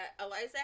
Eliza